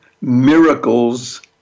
Miracles